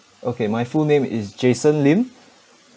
okay my full name is jason lim